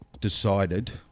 decided